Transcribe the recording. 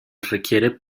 requiere